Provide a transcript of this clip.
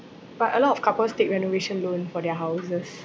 but a lot of couples take renovation loan for their houses